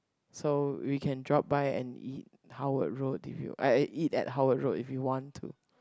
so we can drop by and eat Howard Road if you uh eh eat at Howard Road if you want to